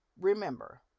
remember